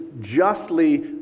justly